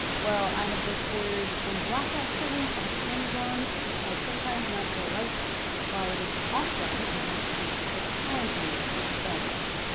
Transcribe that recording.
well i have just ordered some blackout curtains off of amazon because sometimes natural light while it is awesome, it can also be quite challenging to film with.